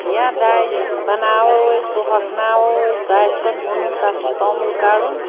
یا دانہِ بناوو أسۍ سُہ ہوٚکھناوو أسۍ سُہ آسہِ پَتہٕ مُنُن تتھ چھُ توٚمُل کَڈُن